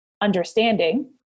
understanding